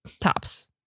tops